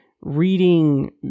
reading